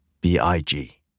b-i-g